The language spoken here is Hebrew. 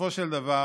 בסופו של דבר,